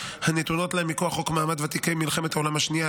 הנתונות להם מכוח חוק מעמד ותיקי מלחמת העולם השנייה,